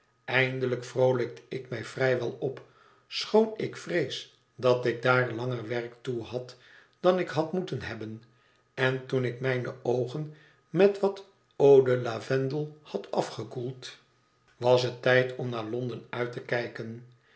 eindelijk vroolijkte ik mij vrij wel op schoon ik vrees dat ik daar langer werk toe had dan ik had moeten hebben en toen ik mijne oogen met wat eau de lavende had afgekoeld was het tijd om naar londen uit te kijken